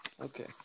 Okay